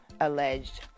alleged